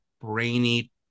brainy